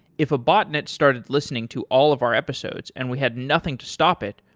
if a botnet started listening to all of our episodes and we had nothing to stop it,